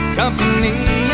company